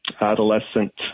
adolescent